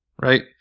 right